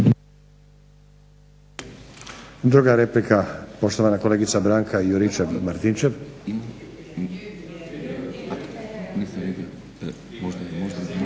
Druga replika, poštovana kolegica Branka Juričev-Martinčev.